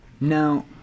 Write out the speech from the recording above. Now